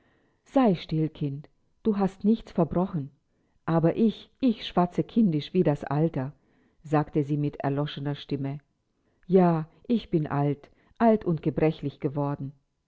sei still kind du hast nichts verbrochen aber ich ich schwatzte kindisch wie das alter sagte sie mit erloschener stimme ja ich bin alt alt und gebrechlich geworden